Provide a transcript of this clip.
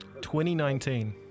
2019